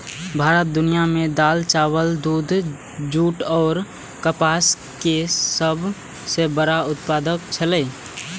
भारत दुनिया में दाल, चावल, दूध, जूट और कपास के सब सॉ बड़ा उत्पादक छला